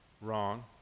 wrong